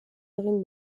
egin